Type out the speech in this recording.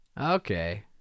Okay